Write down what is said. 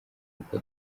uko